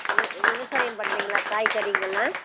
we விவசாயம் பண்ணுறிங்களா காய்கறிங்களெல்லாம்